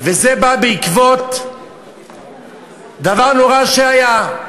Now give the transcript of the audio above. וזה בא בעקבות דבר נורא שהיה,